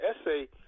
essay